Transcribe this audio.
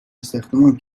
استخدامم